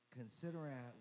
considering